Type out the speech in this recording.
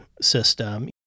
system